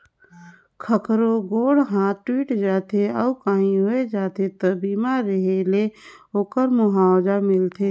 कखरो गोड़ हाथ टूट जाथे अउ काही होय जाथे त बीमा रेहे ले ओखर मुआवजा मिलथे